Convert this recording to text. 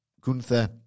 gunther